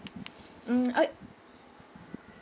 mm o~